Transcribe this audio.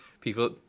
people